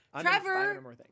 Trevor